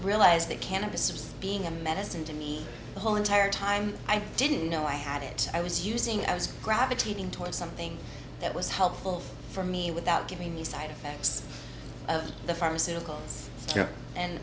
realize that cannabis was being a medicine to me the whole entire time i didn't know i had it i was using i was gravitating towards something that was helpful for me without giving the side effects of the pharmaceuticals and